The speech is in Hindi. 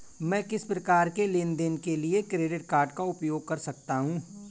मैं किस प्रकार के लेनदेन के लिए क्रेडिट कार्ड का उपयोग कर सकता हूं?